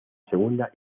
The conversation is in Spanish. segunda